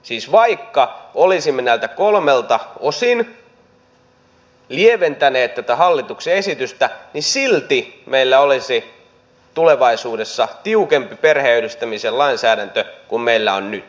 siis vaikka olisimme näiltä kolmelta osin lieventäneet tätä hallituksen esitystä niin silti meillä olisi tulevaisuudessa tiukempi perheenyhdistämisen lainsäädäntö kuin meillä on nyt